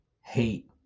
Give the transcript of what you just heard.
hate